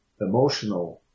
emotional